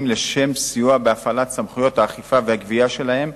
לשם סיוע בהפעלת סמכויות האכיפה והגבייה שלהם,